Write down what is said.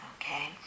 Okay